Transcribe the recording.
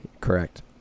Correct